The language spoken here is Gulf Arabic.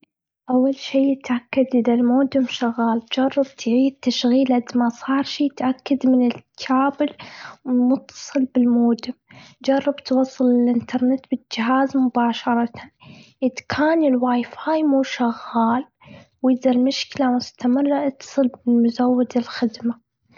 أول شي، تأكد إذا المودم شغال، جرب تعيد تشغيل. إذا ما صار شي تأكد من الكابل متصل بالمودم. جرب توصل الإنترنت بالجهاز مباشرة. إذ كان الواي فاي مو شغال، وإذا المشكلة مستمرة إتصل بمزود الخدمة.